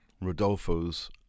Rodolfo's